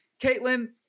Caitlin